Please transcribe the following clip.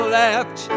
left